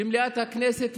למליאת הכנסת,